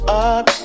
up